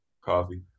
Coffee